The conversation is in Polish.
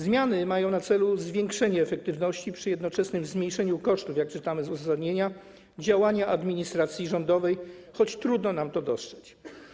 Zmiany mają na celu zwiększenie efektywności przy jednoczesnym zmniejszeniu kosztów, jak czytamy w uzasadnieniu, działania administracji rządowej, choć trudno nam to dostrzec.